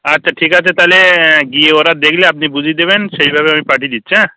আচ্ছা ঠিক আছে তাহলে গিয়ে ওরা দেখলে আপনি বুঝিয়ে দেবেন সেইভাবে আমি পাঠিয়ে দিচ্ছি হ্যাঁ